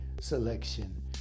selection